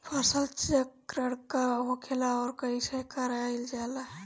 फसल चक्रण का होखेला और कईसे कईल जाला?